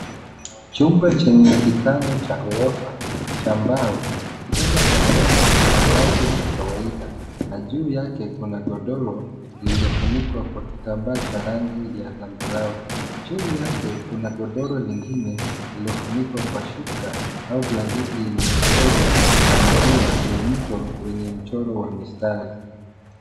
Chumba chenye kitanda cha gorofa cha mbao, kitanda cha gorofa kina ngazi za kawaida na juu yake kuna godoro lililofunikwa kwa kitambaa cha rangi ya zambarau. Chini yake kuna godoro lingine lililofunikwa kwa shuka au blanketi yenye michoro na maua ya mto wenye mchoro wa mistari.